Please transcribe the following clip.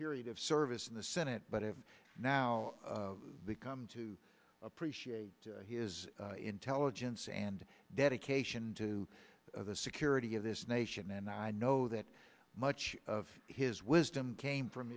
period of service in the senate but have now come to appreciate his intelligence and dedication to the security of this nation and i know that much of his wisdom came from